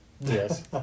Yes